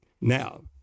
Now